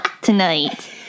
tonight